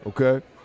okay